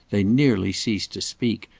they nearly ceased to speak,